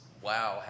wow